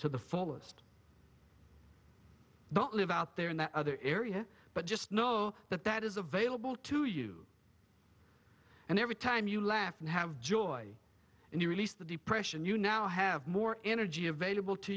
to the fullest don't live out there in that other area but just know that that is available to you and every time you laugh and have joy and you release the depression you now have more energy available to